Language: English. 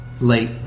late